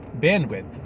bandwidth